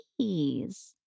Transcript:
Please